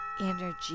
energy